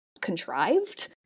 contrived